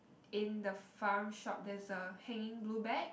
in the farm shop there's a hanging blue bag